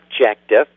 objective